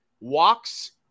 walks